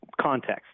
context